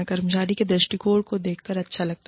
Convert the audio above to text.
कर्मचारी के दृष्टिकोण को देखकर अच्छा लगता है